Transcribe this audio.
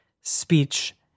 speech